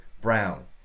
brown